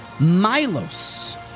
milos